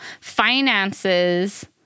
finances